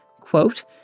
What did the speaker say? quote